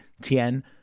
Tien